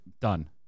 done